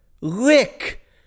lick